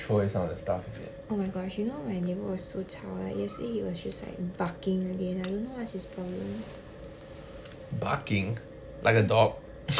oh my gosh you know my neighbour was so 吵 like yesterday he was just like barking again I don't know what's his problem